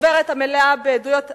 חוברת המלאה בעדויות אנונימיות,